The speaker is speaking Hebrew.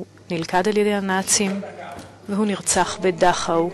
הוא נלכד על-ידי הנאצים ונרצח בדכאו.